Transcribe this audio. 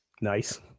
Nice